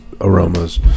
aromas